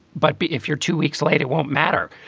but but if you're two weeks late, it won't matter.